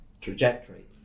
trajectory